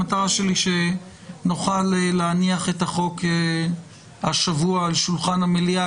המטרה שלי היא שנוכל להניח את החוק השבוע על שולחן המליאה,